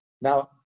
now